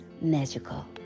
magical